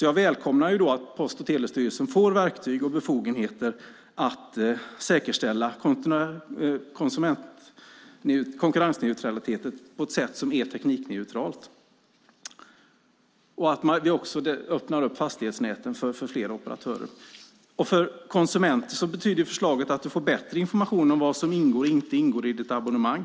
Jag välkomnar att Post och telestyrelsen får verktyg och befogenheter att säkerställa konkurrensneutraliteten på ett sätt som är teknikneutralt och att fastighetsnäten öppnas upp för flera operatörer. För dig som konsument betyder förslaget att du får bättre information om vad som ingår och inte ingår i ditt abonnemang.